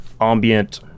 ambient